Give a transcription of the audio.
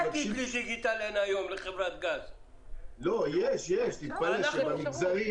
לא רק שהוא לא יעשה שימוש,